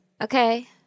okay